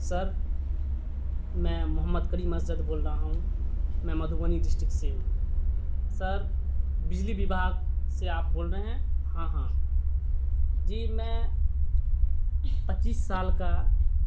سر میں محمد کریم اظہر بول رہا ہوں میں مدھبنی ڈسٹرکٹ سے ہوں سر بجلی وبھاگ سے آپ بول رہے ہیں ہاں ہاں جی میں پچیس سال کا